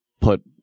put